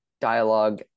dialogue